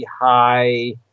high